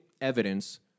evidence